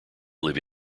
live